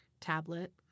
tablet